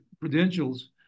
credentials